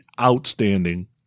outstanding